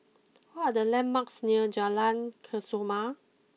what are the landmarks near Jalan Kesoma